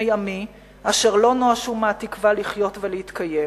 עמי אשר לא נואשו מהתקווה לחיות ולהתקיים.